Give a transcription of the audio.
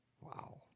Wow